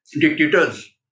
dictators